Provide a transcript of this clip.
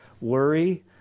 worry